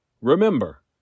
Remember